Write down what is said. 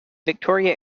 victory